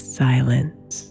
silence